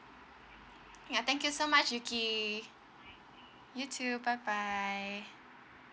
ya thank you so much yuki you too bye bye